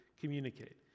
communicate